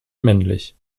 männlich